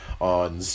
on